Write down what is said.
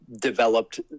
developed